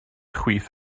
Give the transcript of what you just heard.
chwith